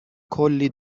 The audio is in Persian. کلی